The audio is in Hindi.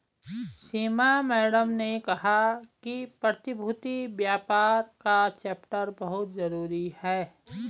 सीमा मैडम ने कहा कि प्रतिभूति व्यापार का चैप्टर बहुत जरूरी है